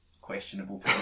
questionable